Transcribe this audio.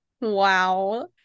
Wow